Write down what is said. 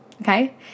Okay